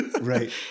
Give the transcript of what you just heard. right